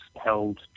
held